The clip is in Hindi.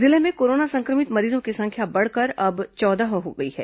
जिले में कोरोना संक्रमित मरीजों की संख्या बढ़कर अब चौदह हो गई है